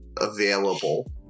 available